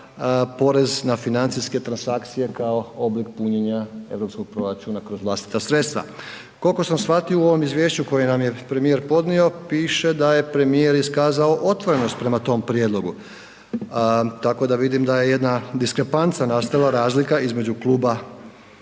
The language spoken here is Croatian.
porez na financijske transakcije kao oblik punjenja europskog proračuna kroz vlastita sredstva. Koliko sam shvatio u ovom izvješću koje nam je premijer podnio, piše da je premijer iskazao otvorenost prema tom prijedlogu, tako da vidim da je jedna diskrepanca nastala razlika između kluba